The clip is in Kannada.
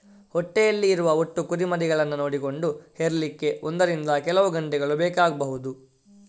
ಹೊಟ್ಟೆಯಲ್ಲಿ ಇರುವ ಒಟ್ಟು ಕುರಿಮರಿಗಳನ್ನ ನೋಡಿಕೊಂಡು ಹೆರ್ಲಿಕ್ಕೆ ಒಂದರಿಂದ ಕೆಲವು ಗಂಟೆಗಳು ಬೇಕಾಗ್ಬಹುದು